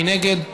מי נגד?